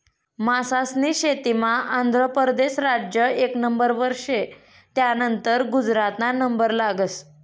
मासास्नी शेतीमा आंध्र परदेस राज्य एक नंबरवर शे, त्यानंतर गुजरातना नंबर लागस